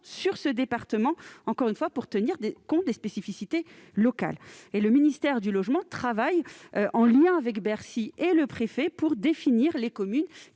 à ce département, encore une fois afin de tenir compte des particularités locales. Le ministère du logement travaille en lien avec Bercy et le préfet pour définir la liste